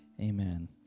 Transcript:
amen